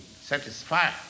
satisfied